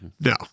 No